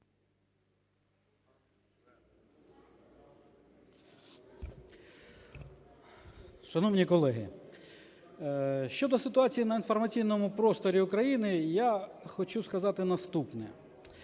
Шановні колеги, щодо ситуації на інформаційному просторі України я хочу сказати наступне.